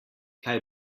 kaj